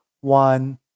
one